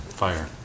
fire